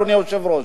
אדוני היושב-ראש.